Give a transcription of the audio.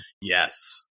yes